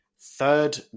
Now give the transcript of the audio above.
third